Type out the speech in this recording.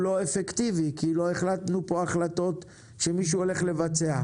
שהדיון הזה לא אפקטיבי כי לא החלטנו כאן החלטות שמישהו הולך לבצע,